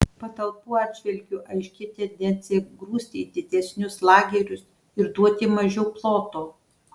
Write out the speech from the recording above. patalpų atžvilgiu aiški tendencija grūsti į didesnius lagerius ir duoti mažiau ploto